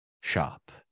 shop